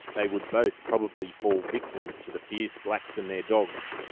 they would both probably fall victims to the fierce blacks and their dogs.